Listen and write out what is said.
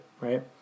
right